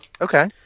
Okay